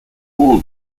all